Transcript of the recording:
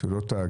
שהוא לא תאגיד,